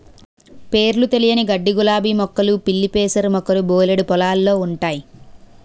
పేరులు తెలియని గడ్డిగులాబీ మొక్కలు పిల్లిపెసర మొక్కలు బోలెడు పొలాల్లో ఉంటయి